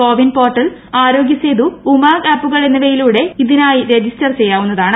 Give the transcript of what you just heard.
CoWIN portal Aarogya Setu UMANG ആപ്പുകൾ എന്നിവയിലൂടെ ഇതിനായി രജിസ്റ്റർ ചെയ്യാവുന്നതാണ്